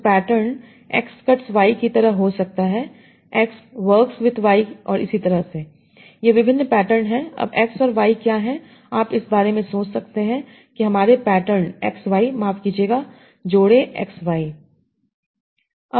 तो pattern X cuts Y की तरह हो सकता है X वर्क्स विद Y और इसी तरह ये विभिन्न पैटर्न हैं अब X और Y क्या हैं आप इस बारे में सोच सकते हैं कि हमारे पैटर्न X Y माफ कीजिएगा जोड़े X Y